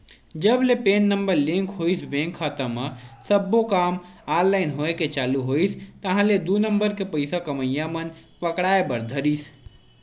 जब ले PAN number link होइस बेंक खाता म सब्बो काम ऑनलाइन होय के चालू होइस ताहले दू नंबर के पइसा कमइया मन पकड़ाय बर धरिस